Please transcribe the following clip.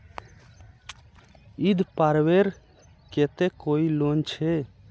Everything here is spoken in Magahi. ईद पर्वेर केते कोई लोन छे?